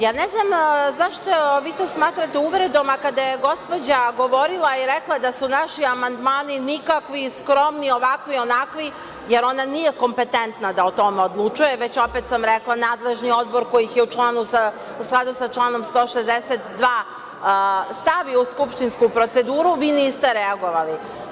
Ja ne znam zašto vi to smatrate uvredama kada je gospođa govorila i rekla da su naši amandmani nikakvi, skromni, ovakvi-onakvi, jer ona nije kompetentna da o tome odlučuje, već opet sam rekla nadležni odbor koji je u skladu sa članom 162. stavio u skupštinsku proceduru, vi niste reagovali.